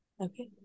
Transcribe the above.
Okay